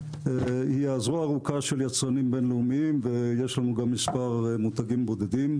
היא הזרוע הארוכה של יצרנים בינלאומיים ויש לנו גם מספר מותגים בודדים.